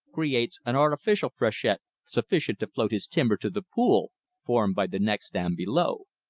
creates an artificial freshet sufficient to float his timber to the pool formed by the next dam below.